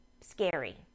scary